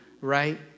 right